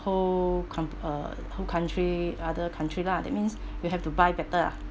whole coun~ uh whole country other country lah that means you have to buy better ah